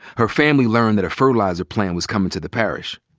her family learned that a fertilizer plant was coming to the parish.